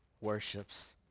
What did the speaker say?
worships